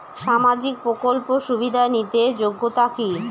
সামাজিক প্রকল্প সুবিধা নিতে যোগ্যতা কি?